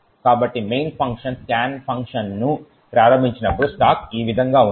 కాబట్టి main function scan ఫంక్షన్ను ప్రారంభించినప్పుడు స్టాక్ ఈ విధంగా ఉంటుంది